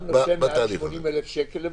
גם נושה מעל 80,000 שקל?